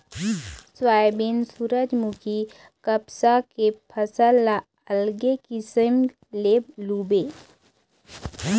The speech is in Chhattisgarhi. सोयाबीन, सूरजमूखी, कपसा के फसल ल अलगे किसम ले लूबे